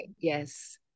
yes